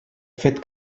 fet